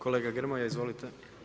Kolega Grmoja, izvolite.